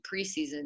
preseason